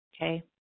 Okay